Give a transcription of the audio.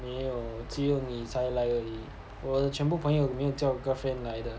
没有只有你才来而已我的全部朋友没有叫 girlfriend 来的